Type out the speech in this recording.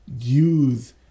use